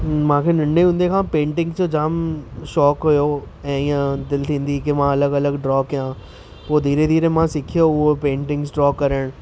मांखे नंढे हूंदे खां पेंटींग्सि जो जाम शौक़ु हुओ ऐं हीअं दिलि थींदी हुई कि मां अलॻि अलॻि ड्रॉ कयां पोइ धीरे धीरे मां सिखियो उहो पेंटींग्सि ड्रॉ करण